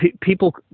people